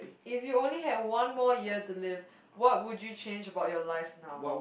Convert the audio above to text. if you only have one more year to live what would you change about your life now